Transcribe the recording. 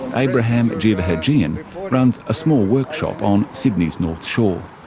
abraham jevaherjian runs a small workshop on sydney's north shore.